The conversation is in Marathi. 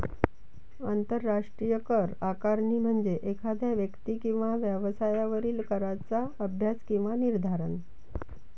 आंतरराष्ट्रीय कर आकारणी म्हणजे एखाद्या व्यक्ती किंवा व्यवसायावरील कराचा अभ्यास किंवा निर्धारण